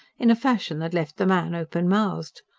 in a fashion that left the man open-mouthed.